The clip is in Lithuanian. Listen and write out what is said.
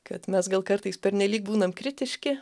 kad mes gal kartais pernelyg būnam kritiški